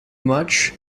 much